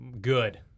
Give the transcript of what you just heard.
Good